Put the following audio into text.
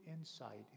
insight